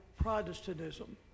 Protestantism